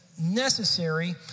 necessary